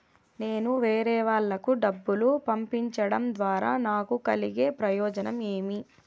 నేను వేరేవాళ్లకు డబ్బులు పంపించడం ద్వారా నాకు కలిగే ప్రయోజనం ఏమి?